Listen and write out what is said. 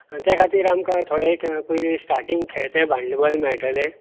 आनी त्या खातीर आमकां थोडें एक पयलीं स्टार्टींग खेळतें भांडवळ मेळटलें